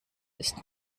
ist